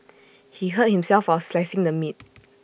he hurt himself while slicing the meat